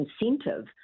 incentive